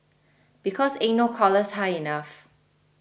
because ain't no collars high enough